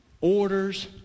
orders